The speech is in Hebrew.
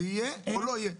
זה יהיה או לא יהיה?